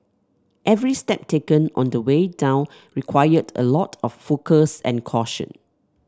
every step taken on the way down required a lot of focus and caution